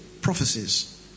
prophecies